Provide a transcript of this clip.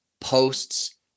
posts